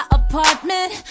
apartment